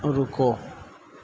رکو